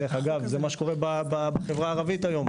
דרך אגב, זה מה שקורה בחברה הערבית היום.